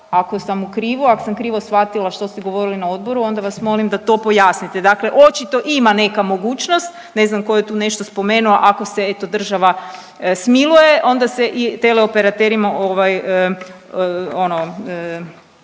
Ako sam u krivu, ako sam krivo shvatila što ste govorili na odboru onda vas molim da to pojasnite. Dakle očito ima neka mogućnost ne znam tko je tu nešto spomenuo ako se eto država smiluje, onda se i teleoperaterima